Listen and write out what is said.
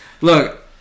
Look